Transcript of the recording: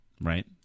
right